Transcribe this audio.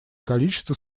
количество